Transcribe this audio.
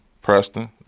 preston